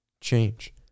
change